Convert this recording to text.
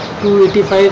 285